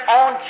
on